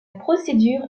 procédure